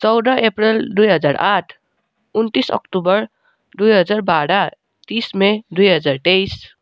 चौध अप्रेल दुई हजार आठ उनन्तिस अक्टोबर दुई हजार बाह्र तिस मई दुई हजार तेइस